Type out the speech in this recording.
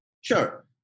Sure